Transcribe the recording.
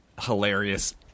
hilarious